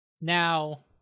Now